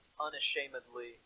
unashamedly